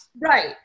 Right